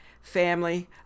family